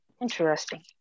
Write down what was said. interesting